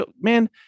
Man